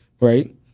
Right